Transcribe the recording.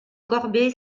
corbet